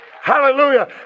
Hallelujah